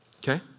Okay